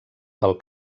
pel